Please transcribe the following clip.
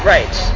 Right